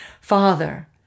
Father